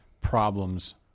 problems